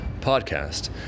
podcast